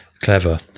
clever